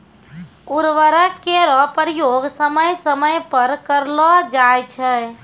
उर्वरक केरो प्रयोग समय समय पर करलो जाय छै